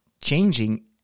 changing